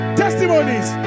testimonies